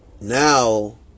Now